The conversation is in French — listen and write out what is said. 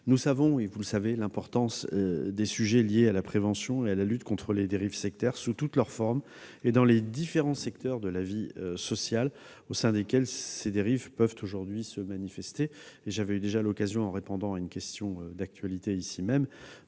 connaissons, comme vous, l'importance des sujets liés à la prévention et à la lutte contre les dérives sectaires, sous toutes leurs formes et dans les différents secteurs de la vie sociale au sein desquels ces dérives peuvent aujourd'hui se manifester. J'ai déjà eu l'occasion de le rappeler, en répondant ici même